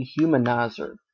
dehumanizer